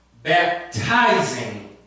Baptizing